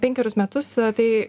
penkerius metus tai